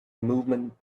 movement